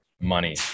money